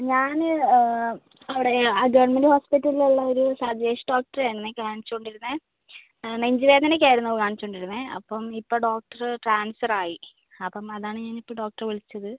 ഞാൻ അവിടെ ആ ആ ഗവൺമെൻറ്റ് ഹോസ്പിറ്റലിൽ ഉള്ളൊരു സജേഷ് ഡോക്ടറെ ആണ് കാണിച്ചുകൊണ്ടിരുന്നത് നെഞ്ച് വേദനയ്ക്കായിരുന്നു കാണിച്ചുകൊണ്ടിരുന്നത് അപ്പം ഇപ്പം ഡോക്ടർ ട്രാൻസ്ഫർ ആയി അപ്പം അതാണ് ഞാൻ ഇപ്പം ഡോക്ടറെ വിളിച്ചത്